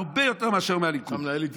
הרבה יותר מאשר מהליכוד.